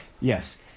Yes